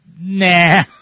nah